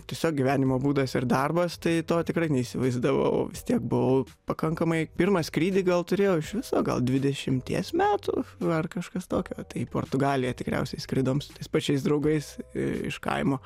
tiesiog gyvenimo būdas ir darbas tai to tikrai neįsivaizdavau vis tiek buvau pakankamai pirmą skrydį gal turėjau iš viso gal dvidešimties metų ar kažkas tokio tai į portugaliją tikriausiai skridom su tais pačiais draugais iš kaimo